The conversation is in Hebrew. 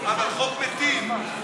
אבל חוק מיטיב, חוק מיטיב.